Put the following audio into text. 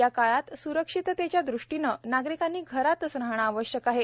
या काळात स्रक्षिततेच्या दृष्टीने नागरिकांनी घरातच राहणे आवश्यक आहे